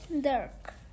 dark